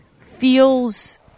feels